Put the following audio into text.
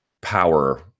power